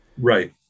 Right